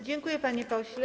Dziękuję, panie pośle.